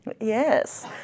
Yes